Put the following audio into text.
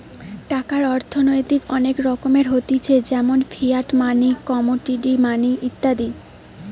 টাকার অর্থনৈতিক অনেক রকমের হতিছে যেমন ফিয়াট মানি, কমোডিটি মানি ইত্যাদি